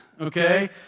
Okay